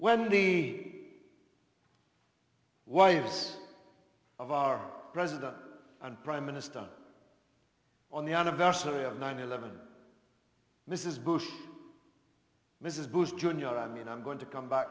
when lee wives of our president and prime minister on the anniversary of nine eleven mrs bush mrs bush jr i mean i'm going to come back